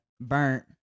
burnt